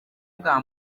bwa